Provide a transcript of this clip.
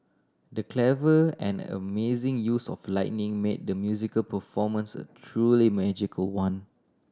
the clever and amazing use of lighting made the musical performance a truly magical one